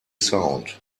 sound